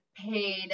paid